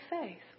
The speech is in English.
faith